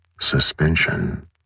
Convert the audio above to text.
Suspension